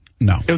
No